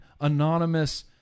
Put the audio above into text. anonymous